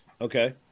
okay